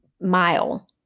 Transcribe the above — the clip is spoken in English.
mile